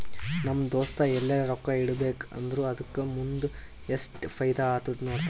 ನಮ್ ದೋಸ್ತ ಎಲ್ಲರೆ ರೊಕ್ಕಾ ಇಡಬೇಕ ಅಂದುರ್ ಅದುಕ್ಕ ಮುಂದ್ ಎಸ್ಟ್ ಫೈದಾ ಆತ್ತುದ ನೋಡ್ತಾನ್